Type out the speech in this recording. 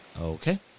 Okay